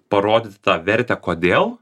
parodyt tą vertę kodėl